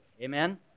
Amen